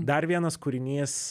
dar vienas kūrinys